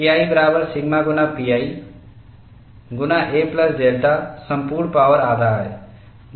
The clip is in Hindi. KI बराबर सिग्मा गुना pi गुना a प्लस डेल्टा संपूर्ण पावर आधा है